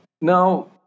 Now